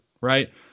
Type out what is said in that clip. right